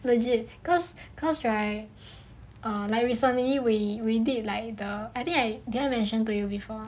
legit cause cause right err right recently we did a I think did I mention to you before